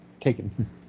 taken